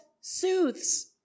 soothes